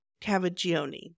Cavagioni